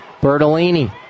Bertolini